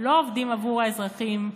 לא עובדים עבור האזרחים,